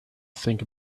think